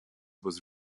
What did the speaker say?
was